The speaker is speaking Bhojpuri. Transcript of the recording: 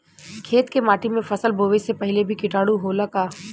खेत के माटी मे फसल बोवे से पहिले भी किटाणु होला का?